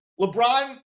LeBron